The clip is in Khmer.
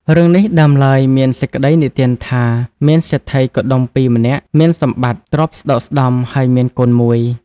រឿងនេះ ដើមឡើយមានសេចក្ដីនិទានថា មានសេដ្ឋីកុដុម្ពីក៏ម្នាក់ មានសម្បត្ដិទ្រព្យស្ដុកស្ដម្ភ ហើយមានកូនមួយ